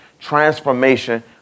transformation